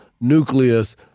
nucleus